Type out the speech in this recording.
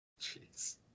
Jeez